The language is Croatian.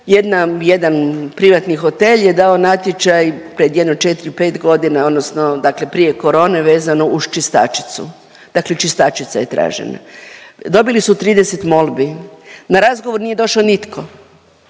jedan privatni hotel je dao natječaj pred jedno 4, 5 godina, odnosno dakle prije korone, vezano uz čistačicu. Dakle čistačica je tražena. Dobili su 30 molbi, na razgovor nije došao nitko.